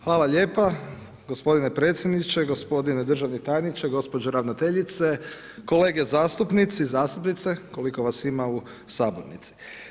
Hvala lijepa, gospodine predsjedniče, gospodine državni tajniče, gospođo ravnateljice, kolege zastupnici, zastupnice koliko vas ima u sabornici.